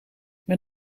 met